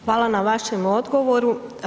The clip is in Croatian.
Hvala na vašem odgovoru.